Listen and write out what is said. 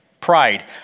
pride